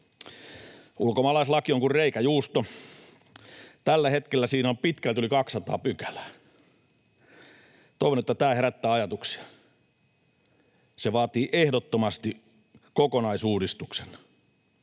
Ulkomaalaislaki on kuin reikäjuusto. Tällä hetkellä siinä on pitkälti yli 200 pykälää. Toivon, että tämä herättää ajatuksia. Se vaatii ehdottomasti kokonaisuudistuksen.